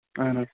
اَہَن حظ